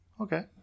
Okay